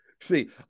See